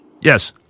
Yes